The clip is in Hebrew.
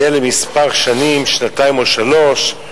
זה לכמה שנים, שנתיים או שלוש,